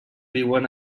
viuen